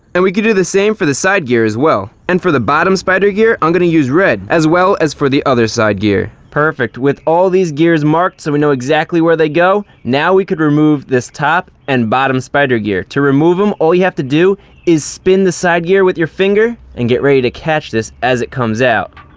and we can do the same for the side gear as well. and for the bottom spider gear, i'm going to use red. as well as for the other side gear. perfect, with all these gears marked so we know exactly where they go, now we can remove this top and bottom spider gear. to remove them, all you have to do is spin the side gear with your finger, and get ready to catch this as it comes out.